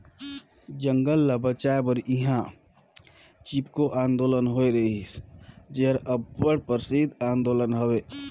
जंगल ल बंचाए बर इहां चिपको आंदोलन होए रहिस जेहर अब्बड़ परसिद्ध आंदोलन हवे